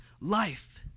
life